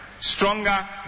Stronger